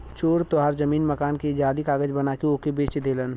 चोर तोहार जमीन मकान के जाली कागज बना के ओके बेच देलन